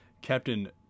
captain